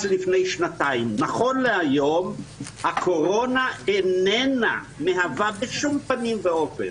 לתקופה לפני שנתיים נכון להיום הקורונה איננה מהווה בשום פנים ואופן